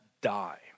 die